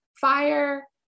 fire